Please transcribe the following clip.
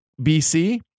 BC